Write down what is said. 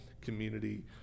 community